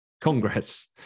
congress